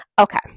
Okay